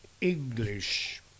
English